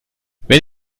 wenn